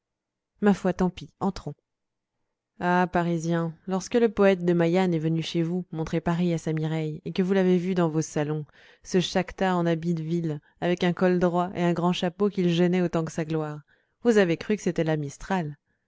ma foi tant pis entrons ah parisiens lorsque le poète de maillane est venu chez vous montrer paris à sa mireille et que vous l'avez vu dans vos salons ce chactas en habit de ville avec un col droit et un grand chapeau qui le gênait autant que sa gloire vous avez cru que c'était là mistral